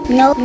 no